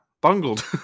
bungled